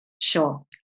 Sure